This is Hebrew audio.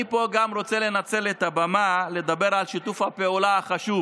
אני רוצה לנצל את הבמה ולדבר על שיתוף הפעולה החשוב